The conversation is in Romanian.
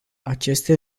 aceste